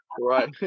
right